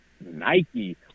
Nike